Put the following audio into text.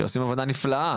שעושים עבודה נפלאה,